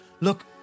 look